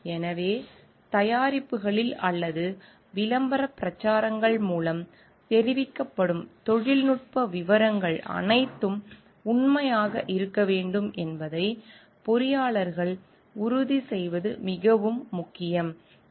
எனவே தயாரிப்புகளில் அல்லது விளம்பரப் பிரச்சாரங்கள் மூலம் தெரிவிக்கப்படும் தொழில்நுட்ப விவரங்கள் அனைத்தும் உண்மையாக இருக்க வேண்டும் என்பதை பொறியாளர்கள் உறுதி செய்வது மிகவும் முக்கியம்